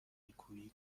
نیکویی